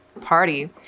party